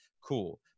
cool